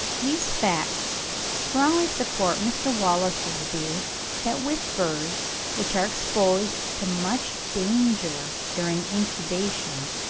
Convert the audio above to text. these facts strongly support mr. wallace's view that with birds which are exposed to much danger during incubation,